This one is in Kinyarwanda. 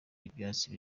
ibyatsi